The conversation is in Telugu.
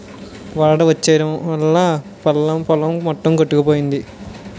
వరదొచ్చెయడం వల్లా పల్లం పొలం మొత్తం కొట్టుకుపోయింది